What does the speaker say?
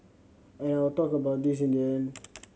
and I will talk about this in the end